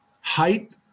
height